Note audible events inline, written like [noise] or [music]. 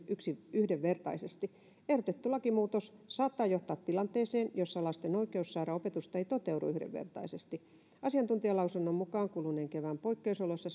yhdenvertaisesti ehdotettu lakimuutos saattaa johtaa tilanteeseen jossa lasten oikeus saada opetusta ei toteudu yhdenvertaisesti asiantuntijalausunnon mukaan kuluneen kevään poikkeusoloissa [unintelligible]